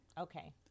Okay